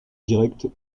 direct